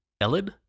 Ellen